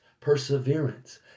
perseverance